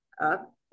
up